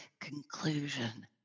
conclusion